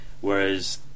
Whereas